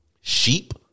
Sheep